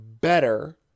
better